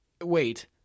wait